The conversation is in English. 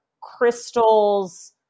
crystals